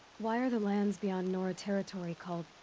why are the lands beyond nora territory called.